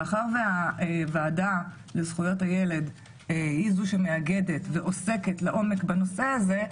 מאחר שהוועדה לזכויות הילד היא זו שמאגדת ועוסקת לעומק בנושא הזה,